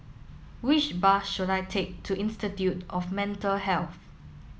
which bus should I take to Institute of Mental Health